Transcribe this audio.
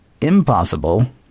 impossible